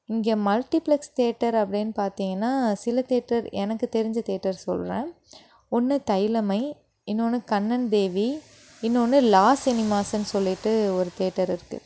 இங்க multiplex theatre அப்படின்னு பார்த்திங்கனா சில தேட்டர் எனக்கு தெரிஞ்ச தேட்டர் சொல்கிறேன் ஒன்று தைலம்மை இன்னொன்னு கண்ணன் தேவி இன்னொன்னு லா சினிமாஸுனு சொல்லிவிட்டு ஒரு சினிமா தேட்டர் இருக்கு